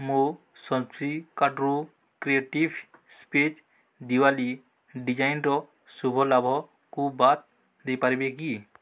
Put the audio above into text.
ମୋ ସପିଂ କାର୍ଟ୍ରୁ creative space Diwali designer ଶୁଭ ଲାଭକୁ ବାଦ ଦେଇପାରିବେ କି